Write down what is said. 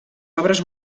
obres